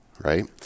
Right